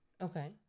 Okay